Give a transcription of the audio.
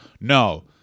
No